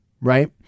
Right